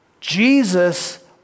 Jesus